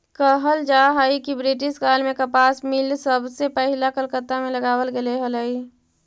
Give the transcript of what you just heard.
कहल जा हई कि ब्रिटिश काल में कपास मिल सबसे पहिला कलकत्ता में लगावल गेले हलई